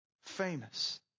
famous